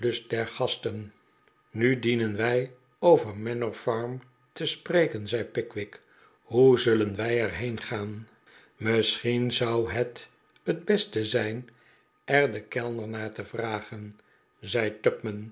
der gasten nu dienen wij over manor farm te spreken zei pickwick hoe zullen wij er heen gaan misschien zou het het beste zijn er den kellner naar te vr agen zei